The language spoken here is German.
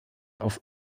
auf